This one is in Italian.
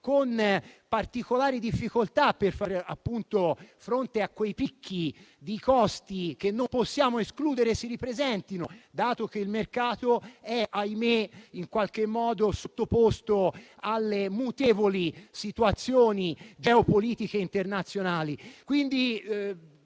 con particolari difficoltà nel far fronte a quei picchi di costi che non possiamo escludere si ripresentino, dato che il mercato è - ahimè - in qualche modo sottoposto alle mutevoli situazioni geopolitiche internazionali.